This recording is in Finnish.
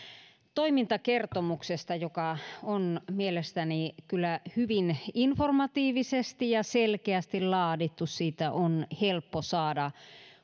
toimintakertomuksesta joka on mielestäni kyllä hyvin informatiivisesti ja selkeästi laadittu siitä on helppo saada